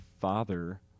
father